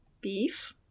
Beef